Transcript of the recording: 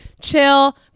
chill